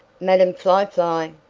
madame fly-fly?